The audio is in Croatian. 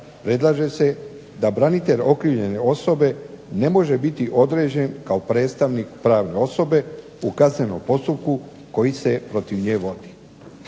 predlaže se da branitelj okrivljene osobe ne može biti određen kao predstavnik pravne osobe u kaznenom postupku koji se protiv nje vodi.